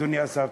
אדוני השר.